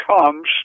comes